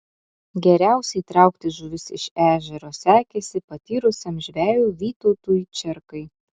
geriausiai traukti žuvis iš ežero sekėsi patyrusiam žvejui vytautui čerkai